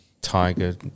Tiger